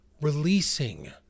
Releasing